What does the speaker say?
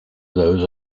those